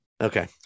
Okay